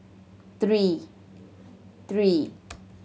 three